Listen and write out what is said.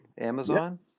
Amazon